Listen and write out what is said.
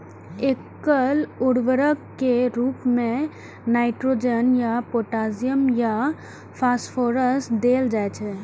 एकल उर्वरक के रूप मे नाइट्रोजन या पोटेशियम या फास्फोरस देल जाइ छै